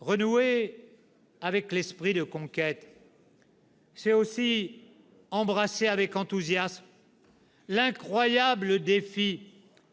Renouer avec l'esprit de conquête, c'est aussi relever avec enthousiasme l'incroyable défi